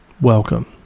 Welcome